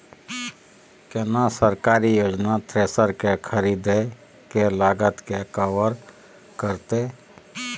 केना सरकारी योजना थ्रेसर के खरीदय के लागत के कवर करतय?